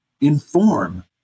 inform